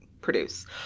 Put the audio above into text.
produce